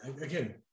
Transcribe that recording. Again